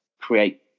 create